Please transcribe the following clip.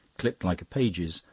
clipped like a page's,